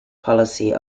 policy